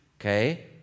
okay